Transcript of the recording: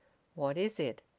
what is it?